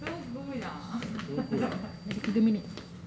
lagi tiga minit